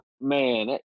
Man